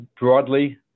broadly